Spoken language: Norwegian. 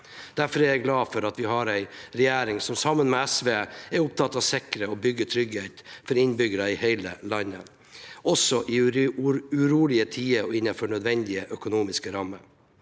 Derfor er jeg glad for at vi har en regjering som sammen med SV er opptatt av å sikre og bygge trygghet for innbyggere i hele landet, også i urolige tider og innenfor nødvendige økonomiske rammer.